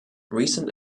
recent